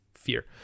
Fear